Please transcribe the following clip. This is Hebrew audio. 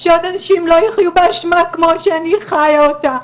שעוד אנשים לא יחיו באשמה כמו שאני חיה אותה,